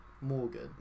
Morgan